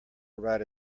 ride